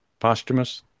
posthumous